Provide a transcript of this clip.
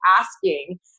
asking